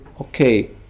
Okay